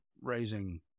raising